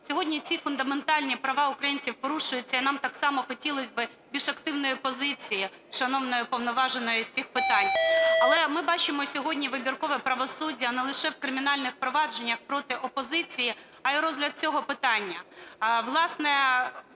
сьогодні ці фундаментальні права українців порушуються і нам так само хотілось би більш активної позиції шановної Уповноваженої з цих питань. Але ми бачимо сьогодні вибіркове правосуддя не лише в кримінальних провадженнях проти опозиції, а і розгляд цього питання.